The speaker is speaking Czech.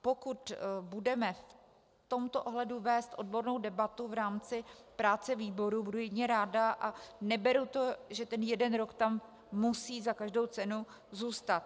Pokud budeme v tomto ohledu vést odbornou debatu v rámci práce výboru, budu jedině ráda, a neberu to, že jeden rok tam musí za každou cenu zůstat.